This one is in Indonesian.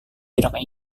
tidak